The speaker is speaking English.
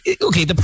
okay